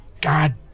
God